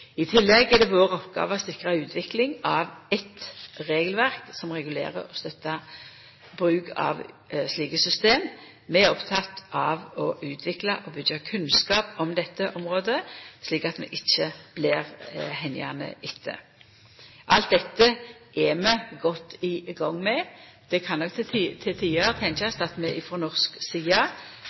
tillegg er det vår oppgåve å sikra utvikling av eit regelverk som regulerer og støttar bruk av slike system. Vi er opptekne av å utvikla og byggja kunnskap om dette området, slik at vi ikkje blir hengjande etter. Alt dette er vi godt i gang med. Det kan nok til tider tenkjast at vi frå norsk side